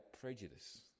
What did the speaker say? prejudice